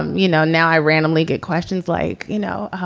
um you know, now i randomly get questions like, you know,